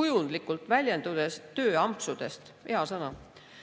kujundlikult väljendudes tööampsudest. Hea sõna!